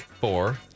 Four